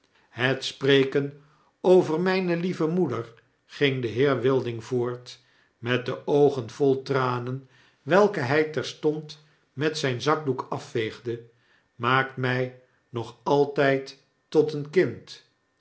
het spreken over mijhe lieve moeder ging de heer wilding voort met de oogen vol tranen welke hyterstond met zyn zakdoek afveegde maakt my nog altyd tot een kind